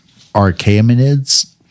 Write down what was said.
Archaemenids